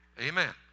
Amen